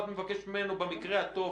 או במקרה הטוב